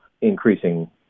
increasing